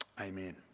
Amen